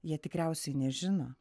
jie tikriausiai nežino